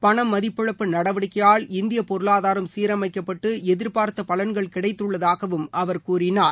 பணமதிப்பிழப்பு நடவடிக்கையால் இந்திய பொருளாதாரம் சீரமைக்கப்பட்டு எதிர்பார்த்த பலன்கள் கிடைத்துள்ளதாகவும் அவர் கூறினார்